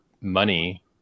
money